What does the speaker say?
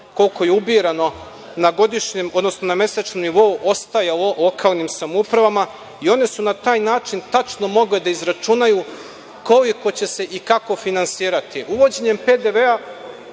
koliko je ubirano na mesečnom nivou, ostajalo lokalnim samoupravama i one su na taj način tačno mogle da izračunaju koliko će se i kako finansirati. Uvođenjem PDV